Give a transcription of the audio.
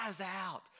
out